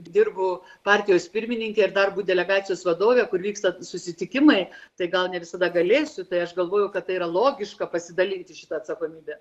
dirbu partijos pirmininke ir dar būt delegacijos vadove kur vyksta susitikimai tai gal ne visada galėsiu tai aš galvoju kad tai yra logiška pasidalyti šita atsakomybe